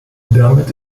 damit